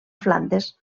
flandes